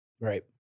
Right